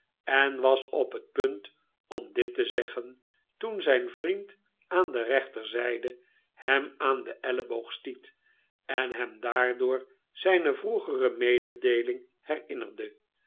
en was op het punt om dit te zeggen toen zijn vriend aan de rechterzijde hem aan den elleboog stiet en hem daardoor zijne vroegere mededeeling herinnerde